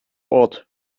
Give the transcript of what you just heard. ort